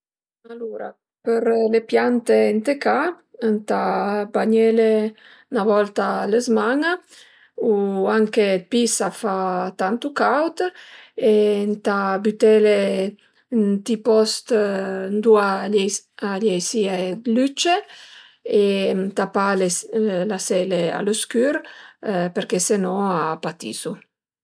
Alura për le piante ënt le ca ëntà bagnele 'na volta a la zman-a u anche 'd pi sa fa tantu caud e ëntà bütele ënt i post ëndua gl'ei si al ei sìe 'd lücce, ënta pa lasele a lë scür përché së no a patisu